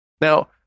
Now